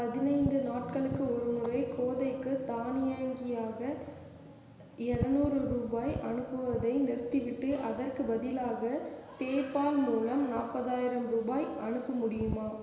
பதினைந்து நாட்களுக்கு ஒரு முறை கோதைக்கு தானியங்கியாக இரநூறு ரூபாய் அனுப்புவதை நிறுத்திவிட்டு அதற்குப் பதிலாக பேபால் மூலம் நாற்பதாயிரம் ரூபாய் அனுப்ப முடியுமா